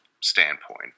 standpoint